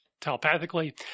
telepathically